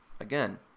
again